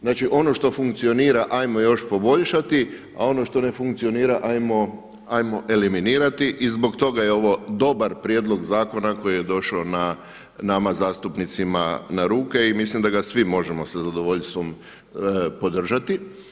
Znači ono što funkcionira ajmo još poboljšati a ono što ne funkcionira ajmo eliminirati i zbog toga je ovo dobar prijedlog zakona koji je došao nama zastupnicima na ruke i mislim da ga svi možemo sa zadovoljstvom podržati.